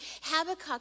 Habakkuk